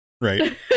Right